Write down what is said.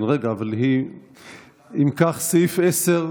אם כך, סעיף 10,